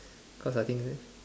cause I think